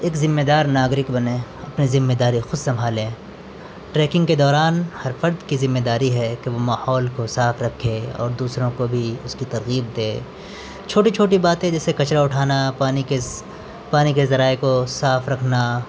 ایک ذمےدار ناگرک بنیں اپنی ذمےداری خود سنبھالیں ٹریکنگ کے دوران ہر فرد کی ذمےداری ہے کہ وہ ماحول کو صاف رکھے اور دوسروں کو بھی اس کی ترغیب دے چھوٹی چھوٹی باتیں جیسے کچرہ اٹھانا پانی کے پانے کے ذرائع کو صاف رکھنا